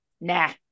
nah